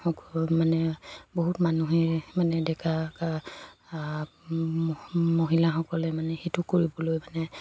সকল মানে বহুত মানুহে মানে ডেকা মহিলাসকলে মানে সেইটো কৰিবলৈ মানে